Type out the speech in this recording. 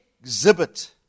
exhibit